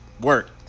work